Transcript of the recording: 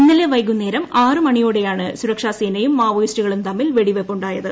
ഇന്നലെ വൈകു ന്നേരം ആറ് മണിയോടെയാണ് സുരക്ഷാസേനയും മാവോയിസ്റ്റുകളും തമ്മിൽ വെടിവെയ്പ്പ് ഉണ്ടായത്